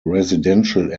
residential